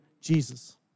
Jesus